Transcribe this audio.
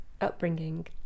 upbringing